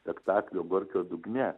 spektaklio gorkio dugne